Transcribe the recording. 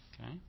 Okay